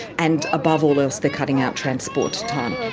and above all else they're cutting out transport time.